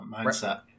mindset